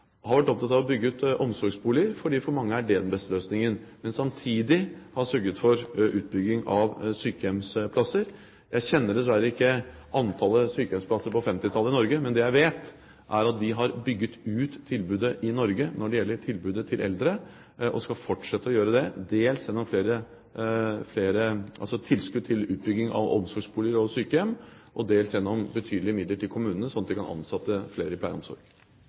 har vært opptatt av å bygge ut omsorgsboliger, fordi det for mange er den beste løsningen. Men samtidig har vi sørget for utbygging av sykehjemsplasser. Jeg kjenner dessverre ikke antallet sykehjemsplasser på 1950-tallet i Norge, men det jeg vet, er at vi har bygget ut tilbudet til eldre i Norge, og vi skal fortsette å gjøre det, dels gjennom tilskudd til utbygging av omsorgsboliger og sykehjem, og dels gjennom betydelige midler til kommunene, sånn at de kan ansette flere i